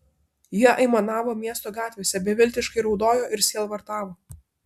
jie aimanavo miesto gatvėse beviltiškai raudojo ir sielvartavo